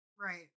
Right